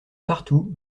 partout